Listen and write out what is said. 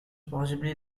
possibly